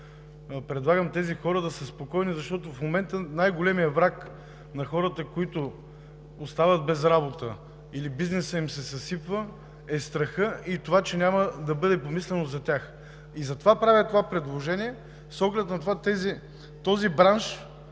Предлагам тези хора да са спокойни, защото в момента най-големият враг на хората, които остават без работа или бизнесът им се съсипва, е страхът и че няма да бъде помислено за тях. Правя това предложение с оглед на това